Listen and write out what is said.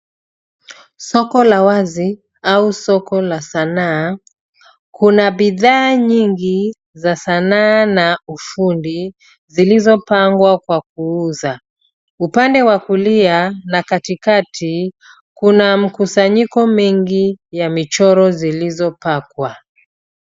Soko la wazi au soko la sanaa. Kuna bidhaa nyingi za sanaa na ufundi zilizopangwa kwa kuuza. Upande wa kulia na katikati kuna mkusanyiko mengi ya michoro zilizopakwa.